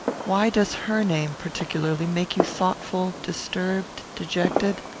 why does her name, particularly, make you thoughtful, disturbed, dejected?